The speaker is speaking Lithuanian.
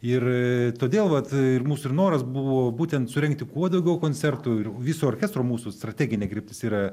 ir todėl vat ir mūsų ir noras buvo būtent surengti kuo daugiau koncertų ir viso orkestro mūsų strateginė kryptis yra